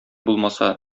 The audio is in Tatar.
булмаса